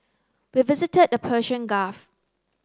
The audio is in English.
we visited the Persian Gulf